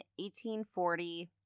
1840